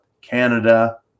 Canada